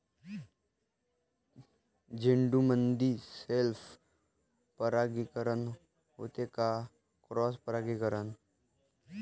झेंडूमंदी सेल्फ परागीकरन होते का क्रॉस परागीकरन?